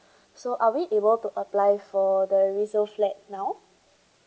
so are we able to apply for the resale flat now